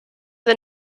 the